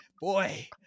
Boy